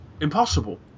impossible